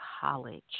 college